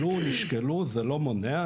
עלו נשקלו זה לא מונע,